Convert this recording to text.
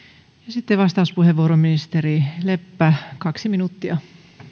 vastauspuheenvuoro ministeri leppä kaksi minuuttia